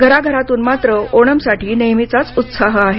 घराघरातून मात्र ओणमसाठी नेहमचाच उत्साह आहे